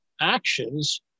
actions